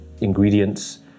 ingredients